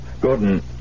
Gordon